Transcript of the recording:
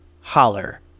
Holler